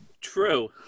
True